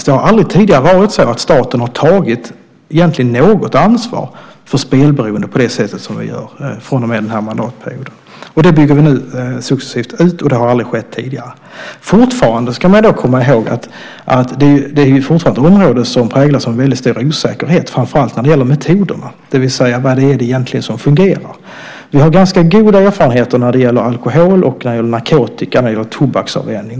Det har aldrig tidigare varit så att staten har tagit något ansvar för spelberoende på det sätt som vi gör från och med den här mandatperioden. Det bygger vi successivt ut. Det har aldrig skett tidigare. Man ska komma ihåg att det fortfarande är ett område som präglas av väldigt stor osäkerhet, framför allt när det gäller metoderna och vad som egentligen fungerar. Vi har ganska goda erfarenheter när det gäller alkohol-, narkotika och tobaksavvänjning.